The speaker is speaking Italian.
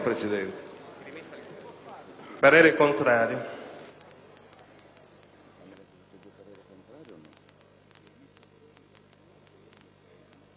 parere contrario